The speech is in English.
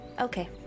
Okay